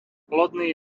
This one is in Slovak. lodný